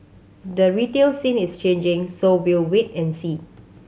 the retail scene is changing so we will wait and see